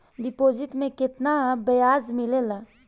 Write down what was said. Deposit मे केतना बयाज मिलेला?